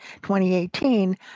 2018